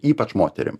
ypač moterim